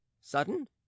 sudden